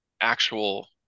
actual